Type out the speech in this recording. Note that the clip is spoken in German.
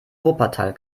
wuppertal